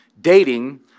Dating